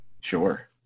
Sure